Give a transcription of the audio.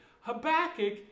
Habakkuk